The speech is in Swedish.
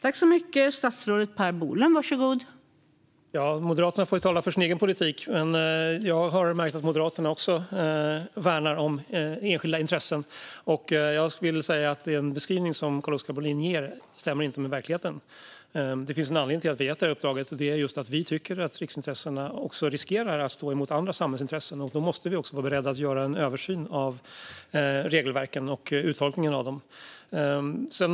Fru talman! Moderaterna får tala för sin egen politik. Men jag har märkt att Moderaterna också värnar om enskilda intressen. Den beskrivning som Carl-Oskar Bohlin ger stämmer inte med verkligheten. Det finns en anledning till att vi har gett detta uppdrag, och det är just att vi tycker att riksintressena riskerar att stå mot andra samhällsintressen. Då måste vi också vara beredda att göra en översyn av regelverken och uttolkningen av dem.